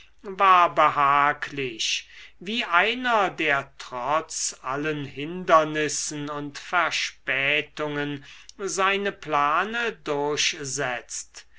war behaglich wie einer der trotz allen hindernissen und verspätungen seine plane durchsetzt